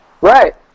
right